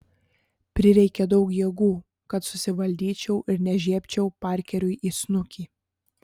prireikė daug jėgų kad susivaldyčiau ir nežiebčiau parkeriui į snukį